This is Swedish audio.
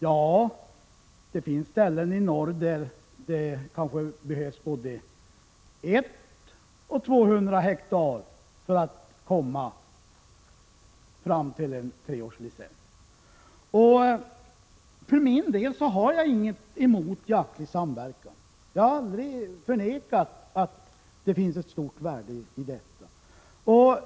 Ja, det finns platser i norr där det kanske behövs både 100 och 200 hektar för att komma fram till en treårslicens. Jag för min del har inget emot jaktlig samverkan. Jag har aldrig förnekat att det finns ett stort värde i detta.